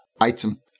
item